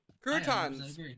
Croutons